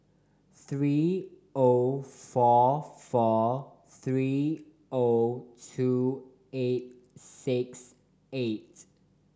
three O four four three O two eight six eight